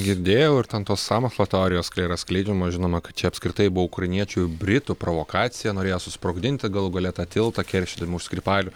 girdėjau ir ten tos sąmokslo teorijos yra skleidžiama žinoma kad čia apskritai buvo ukrainiečių britų provokacija norėjo susprogdinti galų gale tą tiltą keršydami už skripalių